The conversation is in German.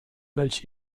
welch